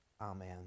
Amen